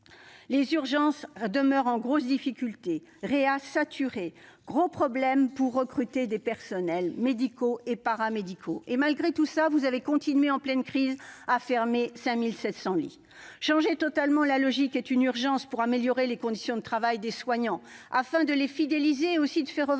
sont saturés et nous connaissons de gros problèmes pour recruter des personnels médicaux et paramédicaux. Malgré tout, vous avez continué, en pleine crise, de fermer 5 700 lits. Changer totalement de logique est une urgence pour améliorer les conditions de travail des soignants, afin de les fidéliser et aussi de faire revenir